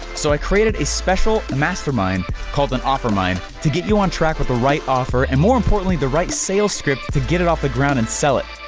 so i created a special mastermind called an offermind to get you on track with the right offer and more importantly, the right sales script to get it off the ground and sell it.